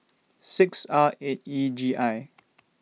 six R eight E G I